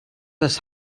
das